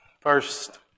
first